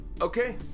Okay